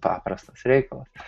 paprastas reikalas